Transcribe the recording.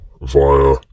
via